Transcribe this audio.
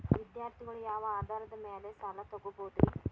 ವಿದ್ಯಾರ್ಥಿಗಳು ಯಾವ ಆಧಾರದ ಮ್ಯಾಲ ಸಾಲ ತಗೋಬೋದ್ರಿ?